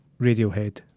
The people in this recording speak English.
Radiohead